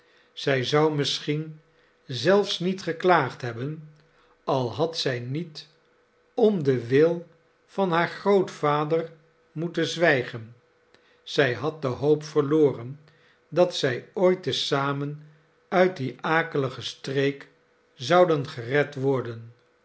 zij zou misschien zelfs niet geklaagd hebben al had zij niet om den wil van haar grootvader moeten zwijgen zij had de hoop verloren dat zij ooit te zamen uit die akelige streek zouden gered worden